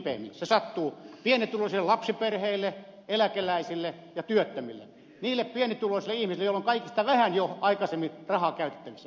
se sattuu pienituloisille lapsiperheille eläkeläisille ja työttömille niille pienituloisille ihmisille joilla on jo entuudestaan kaikista vähiten rahaa käytettävissä